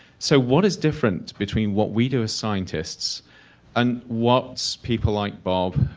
so, what is different between what we do as scientists and what people like bob,